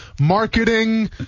marketing